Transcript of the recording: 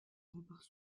rempart